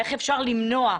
איך אפשר למנוע.